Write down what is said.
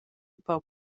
empau